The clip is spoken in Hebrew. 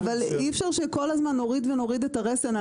אבל אי אפשר שכל הזמן נוריד ונוריד את הרסן,